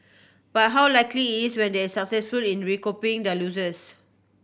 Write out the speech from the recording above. but how likely is it when they successful in recouping their losses